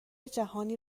جهانی